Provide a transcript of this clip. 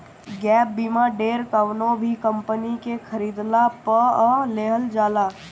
gap बीमा ढेर कवनो भी कंपनी के खरीदला पअ लेहल जाला